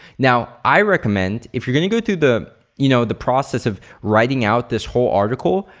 now, i recommend if you're gonna go do the you know the process of writing out this whole article,